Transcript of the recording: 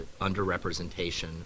underrepresentation